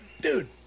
dude